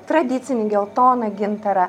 tradicinį geltoną gintarą